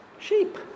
Sheep